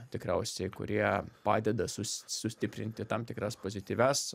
tikriausiai kurie padeda sustiprinti tam tikras pozityvias